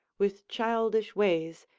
with childish ways,